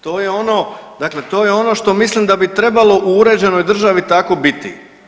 To je, to je ono, dakle to je ono što mislim da bi trebalo u uređenoj državi tako biti.